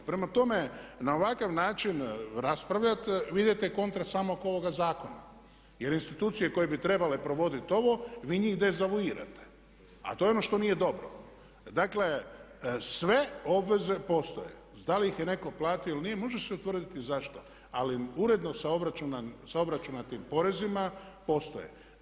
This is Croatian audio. Prema tome na ovakav način raspravljat vi idete kontra samog ovoga zakona jer institucije koje bi trebale provoditi ovo, vi njih dezavuirate a to je ono što nije dobro. dakle, sve obveze postoje da li ih je netko platio ili nije može se utvrditi zašto ali uredno sa obračunatim porezima postoje.